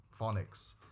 phonics